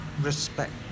respect